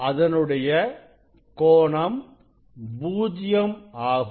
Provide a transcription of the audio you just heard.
அதனுடைய கோணம் பூஜ்ஜியம் ஆகும்